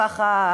ככה,